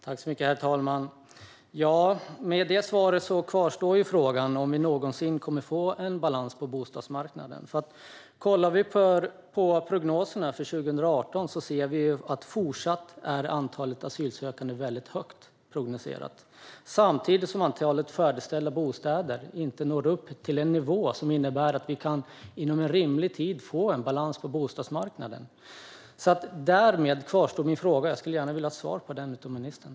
Herr talman! Med det svaret kvarstår frågan om vi någonsin kommer att få balans på bostadsmarknaden. Kollar vi på prognoserna för 2018 ser vi att antalet asylsökande fortfarande är väldigt högt, samtidigt som antalet färdigställda bostäder inte når upp till en nivå som innebär att vi inom en rimlig tid kan få balans på bostadsmarknaden. Därmed kvarstår alltså min fråga, och jag skulle gärna vilja ha svar på den av ministern.